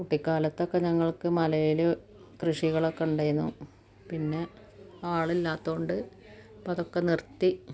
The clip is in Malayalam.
കുട്ടിക്കാലത്തൊക്കെ ഞങ്ങള്ക്ക് മലയില് കൃഷികളൊക്കെ ഉണ്ടായിരുന്നു പിന്നെ ആളില്ലാത്തോണ്ട് ഇപ്പോള് അതൊക്കെ നിര്ത്തി